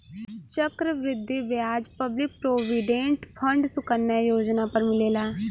चक्र वृद्धि ब्याज public provident fund Sukanya Yojana पर मिलेला